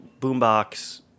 boombox